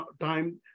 time